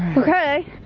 okay.